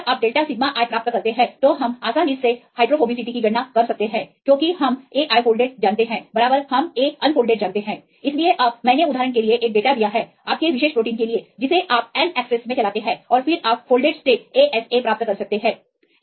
इसलिए जब आप डेल्टा सिग्मा i प्राप्त करते हैं तो हम आसानी से Ghy की गणना कर सकते हैं क्योंकि हम Ai फोल्डेड जानते हैं बराबर हम A अनफोल्डेड जानते हैं इसलिए अब मैंने उदाहरण के लिए एक डेटा दिया है आपके विशेष प्रोटीन के लिए है जिसे आप Naccess मे चलाते हैं और फिर आप फोल्डेड स्टेट ASA प्राप्त कर सकते हैं